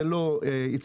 זה לא הצליח,